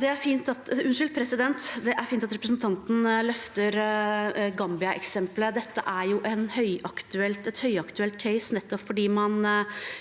Det er fint at representanten løfter Gambia- eksempelet. Dette er et høyaktuelt case fordi man